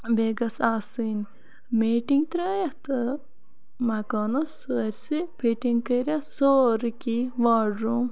بیٚیہِ گٔژھ آسٕنۍ میٹِنٛگ ترٲیِتھ تہٕ مَکانَس سٲرسٕے فِٹِنٛگ کٔرِتھ سورُے کینٛہہ واڑروٗم